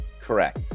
Correct